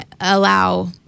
allow